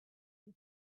you